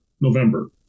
November